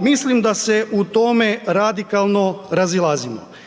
mislim da se u tome radikalno razilazimo.